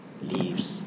leaves